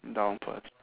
down first